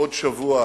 בעוד שבוע